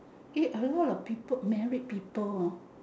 eh a lot of people married people hor